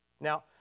Now